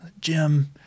Jim